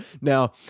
Now